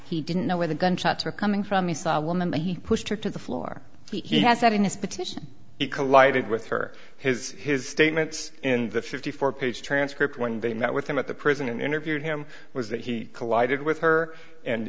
he didn't know where the gunshots were coming from he saw a woman but he pushed her to the floor he has that in his petition it collided with her his his statements in the fifty four page transcript when they met with him at the prison and interviewed him was that he collided with her and